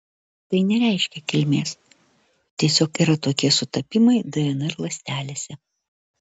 tai nereiškia kilmės tiesiog yra tokie sutapimai dnr ląstelėse